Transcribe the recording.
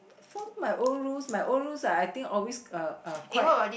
followed my own rules my own rules are I think always uh uh quite